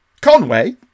Conway